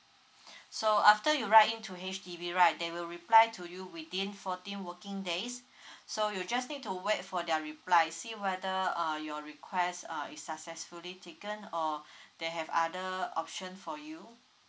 so after you write in to H_D_B right they will reply to you within fourteen working days so you just need to wait for their reply see whether uh your request err is successfully taken or they have other option for you